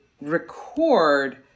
record